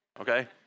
okay